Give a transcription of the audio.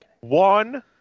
One